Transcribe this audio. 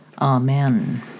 Amen